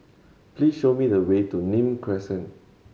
please show me the way to Nim Crescent